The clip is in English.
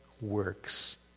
works